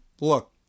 look